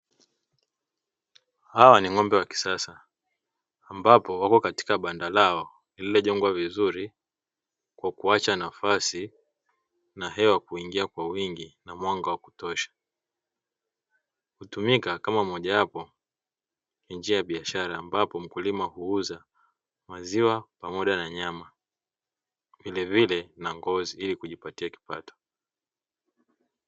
Hawa ni ng'ombe wa kisasa, ambapo wako katika banda lao lililojengwa vizuri, kwa kuacha nafasi ya hewa kuingia kwa wingi na mwanga wa kutosha. Hutumika kama mojawapo ya njia ya biashara, ambapo wakulima huuza maziwa, pamoja na nyama vilevile na ngozi, ili kujipatia kipato.